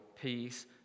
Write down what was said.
peace